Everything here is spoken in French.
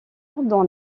dans